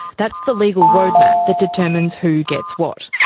that's the legal roadmap that determines who gets what.